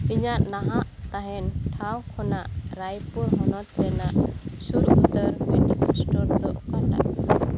ᱤᱧᱟᱹᱜ ᱱᱟᱦᱟᱜ ᱛᱟᱦᱮᱱ ᱴᱷᱟᱶ ᱠᱷᱚᱱᱟᱜ ᱨᱟᱭᱯᱩᱨ ᱦᱚᱱᱚᱛ ᱨᱮᱱᱟᱜ ᱥᱩᱨ ᱩᱛᱟᱹᱨ ᱢᱮᱰᱤᱠᱮᱞ ᱥᱴᱳᱨ ᱫᱚ ᱚᱠᱟᱴᱟᱜ